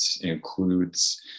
includes